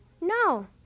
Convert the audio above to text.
No